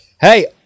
hey